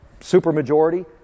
supermajority